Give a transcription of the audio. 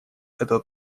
это